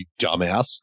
dumbass